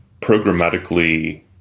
programmatically